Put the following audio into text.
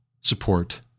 support